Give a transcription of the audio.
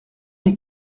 les